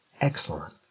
Excellent